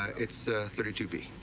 it's, ah, thirty two b.